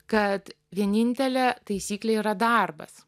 kad vienintelė taisyklė yra darbas